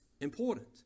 important